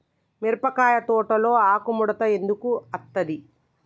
మిరపకాయ తోటలో ఆకు ముడత ఎందుకు అత్తది?